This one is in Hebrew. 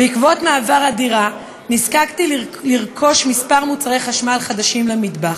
"בעקבות המעבר נזקקתי לרכוש כמה מוצרי חשמל חדשים למטבח.